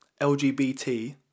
LGBT